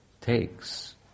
takes